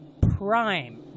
prime